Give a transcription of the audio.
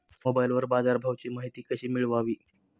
मोबाइलवर बाजारभावाची माहिती कशी मिळवावी?